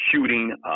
shooting